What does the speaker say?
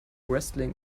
wrestling